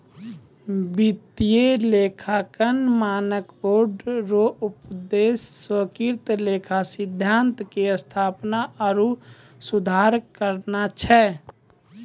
वित्तीय लेखांकन मानक बोर्ड रो उद्देश्य स्वीकृत लेखा सिद्धान्त के स्थापना आरु सुधार करना छै